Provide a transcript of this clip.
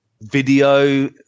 video